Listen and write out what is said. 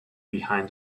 behind